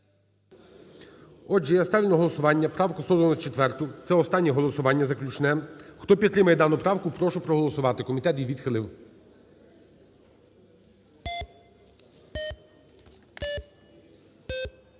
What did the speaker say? Отже, я ставлю на голосування правку 194. Це останнє голосування, заключне. Хто підтримує дану правку, прошу проголосувати. Комітет її відхилив.